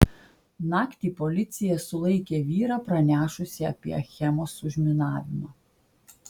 naktį policija sulaikė vyrą pranešusį apie achemos užminavimą